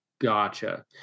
Gotcha